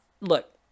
look